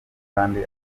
kandi